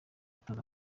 gutoza